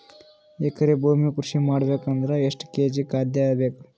ಎಕರೆ ಭೂಮಿ ಕೃಷಿ ಮಾಡಬೇಕು ಅಂದ್ರ ಎಷ್ಟ ಕೇಜಿ ಖಾದ್ಯ ಬೇಕು?